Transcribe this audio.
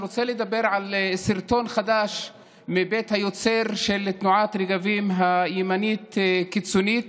אני רוצה לדבר על סרטון חדש מבית היוצר של תנועת רגבים הימנית קיצונית